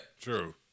True